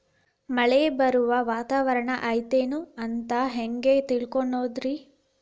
ಮಳೆ ಬರುವ ವಾತಾವರಣ ಐತೇನು ಅಂತ ಹೆಂಗ್ ತಿಳುಕೊಳ್ಳೋದು ರಿ?